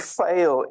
fail